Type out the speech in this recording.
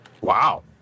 Wow